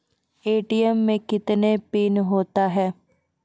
ATM मे कितने PIN होता हैं?